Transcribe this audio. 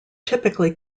typically